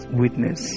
witness